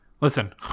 Listen